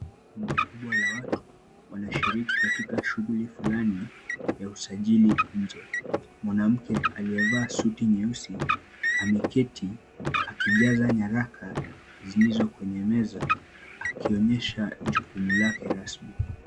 Kundi kubwa la watu wanashiriki katika shughuli fulani ya usajili nje. Mwanamke aliyevaa suti nyeusi ameketi akijaza nyaraka zilizo kwenye meza akionyesha jukumu lake rasmi.